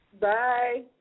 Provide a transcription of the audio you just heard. Bye